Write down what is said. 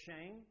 shame